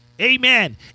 Amen